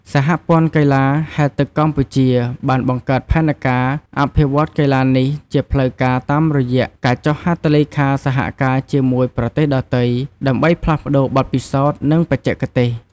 សហព័ន្ធកីឡាហែលទឹកកម្ពុជា បានបង្កើតផែនការអភិវឌ្ឍកីឡានេះជាផ្លូវការតាមរយៈការចុះហត្ថលេខាសហការជាមួយប្រទេសដទៃ ដើម្បីផ្លាស់ប្តូរបទពិសោធន៍ និងបច្ចេកទេស។